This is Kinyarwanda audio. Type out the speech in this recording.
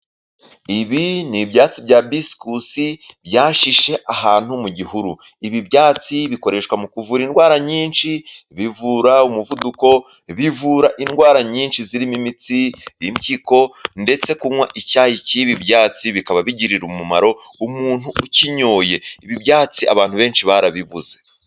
Ibi ni ibyatsi bya bisi kusi byashishe ahantu mu gihuru. Ibi byatsi bikoreshwa mu kuvura indwara nyinshi. Bivura umuvuduko, bivura indwara nyinshi zirimo imitsi, impyiko. Ndetse kunywa icyayi cy'ibi byatsi bikaba bigirira umumaro umuntu ukinyoye. Ibi ibyatsi abantu benshi barabibuze.